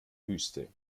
wüste